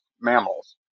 mammals